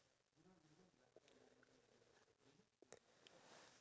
so what would you bring to the past then with you